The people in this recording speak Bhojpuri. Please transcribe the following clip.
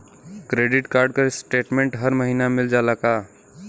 क्रेडिट कार्ड क स्टेटमेन्ट हर महिना मिल जाला का?